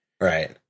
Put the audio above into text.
Right